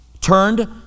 turned